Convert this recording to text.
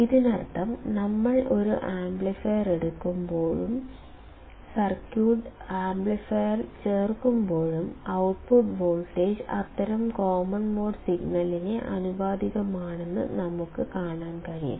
ഇതിനർത്ഥം നമ്മൾ ഒരു ആംപ്ലിഫയർ എടുക്കുമ്പോഴും സർക്യൂട്ടിൽ ആംപ്ലിഫയർ ചേർക്കുമ്പോഴും ഔട്ട്പുട്ട് വോൾട്ടേജ് അത്തരം കോമൺ മോഡ് സിഗ്നലിന് ആനുപാതികമാണെന്ന് നമുക്ക് കാണാൻ കഴിയും